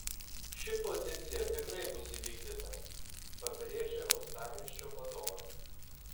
ši pozicija tikrai bus įvykdyta pabrėžė uostamiesčio vadovas